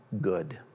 good